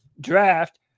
draft